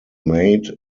made